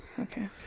Okay